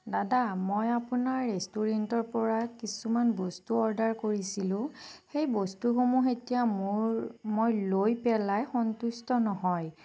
দাদা মই আপোনাৰ ৰেষ্টুৰেণ্টৰপৰা কিছুমান বস্তু অৰ্ডাৰ কৰিছিলোঁ সেই বস্তুসমূহ এতিয়া মোৰ মই লৈ পেলায় সন্তুষ্ট নহয়